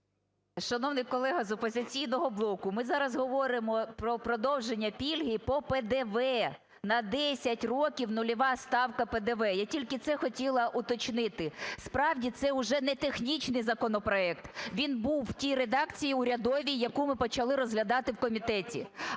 Шановний колега з "Опозиційного блоку", ми зараз говоримо про продовження пільги по ПДВ. На 10 років нульова ставка ПДВ. Я тільки це хотіла уточнити. Справді, це вже не технічний законопроект, він був в тій редакції урядовій, яку ми почали розглядати в комітеті.